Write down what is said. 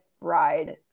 ride